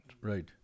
Right